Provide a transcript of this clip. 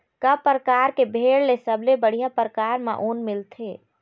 का परकार के भेड़ ले सबले बढ़िया परकार म ऊन मिलथे?